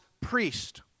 priest